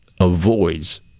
avoids